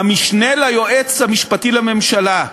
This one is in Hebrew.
המשנה ליועץ המשפטי לממשלה,